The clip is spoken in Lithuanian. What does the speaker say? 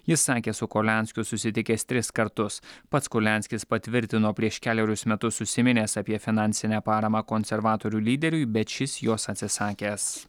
jis sakė su kurlianskiu susitikęs tris kartus pats kurlianskis patvirtino prieš kelerius metus užsiminęs apie finansinę paramą konservatorių lyderiui bet šis jos atsisakęs